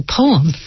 poem